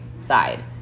side